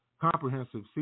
comprehensive